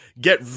get